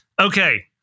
Okay